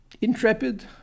intrepid